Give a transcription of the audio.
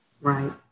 right